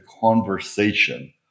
conversation